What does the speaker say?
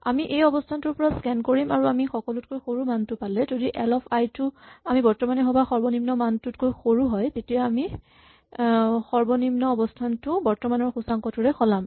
আমি এই অৱস্হানটোৰ পৰা স্কেন কৰিম আৰু আমি সকলোতকৈ সৰু মানটো পালে যদি এল অফ আই টো আমি বৰ্তমানে ভৱা সৰ্বনিম্ন মানটোতকৈ সৰু হয় তেতিয়া আমি সৰ্বনিম্ন অৱস্হানটো বৰ্তমানৰ সূচাংকটোৰে সলাম